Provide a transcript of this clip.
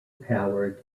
powered